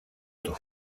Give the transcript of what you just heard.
του